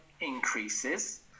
increases